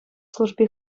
служби